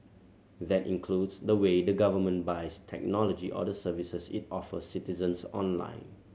that includes the way the government buys technology or the services it offers citizens online